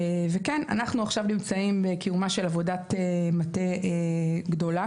וכן, אנחנו נמצאים בקיומה של עבודת מטה גדולה